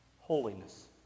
Holiness